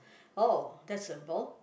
oh that's simple